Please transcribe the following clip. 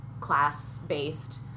class-based